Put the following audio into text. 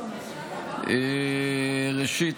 ראשית,